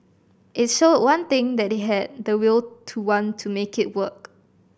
it showed one thing that they had the will to want to make it work